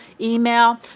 email